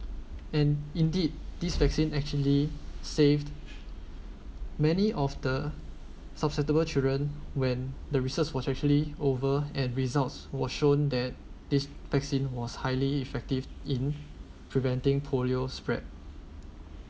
and indeed this vaccine actually saved many of the susceptible children when the research was actually over and results were shown that this vaccine was highly effective in preventing polio spread